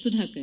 Sudhakar